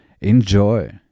Enjoy